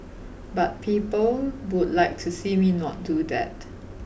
but people would like to see me not do that